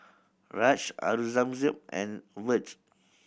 Raj Aurangzeb and Vedre